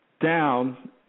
down